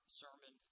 sermon